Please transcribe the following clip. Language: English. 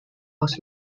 was